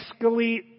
escalate